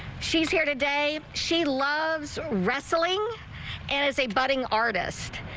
she's here today she loves wrestling and as a budding artist,